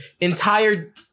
entire